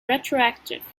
retroactive